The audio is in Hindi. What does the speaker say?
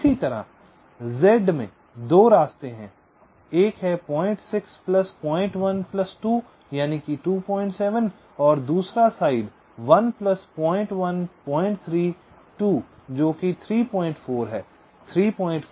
इसी तरह z में 2 रास्ते हैं एक है 06 प्लस 01 प्लस 2 यानि कि 27 और दूसरा साइड 1 प्लस 01 03 2 जो कि 34 है